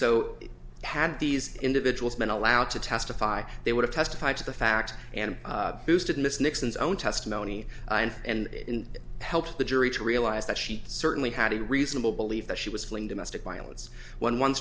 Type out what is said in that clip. so had these individuals been allowed to testify they would have testified to the fact and boosted miss nixon's own testimony and helped the jury to realize that she certainly had a reasonable belief that she was playing domestic violence when one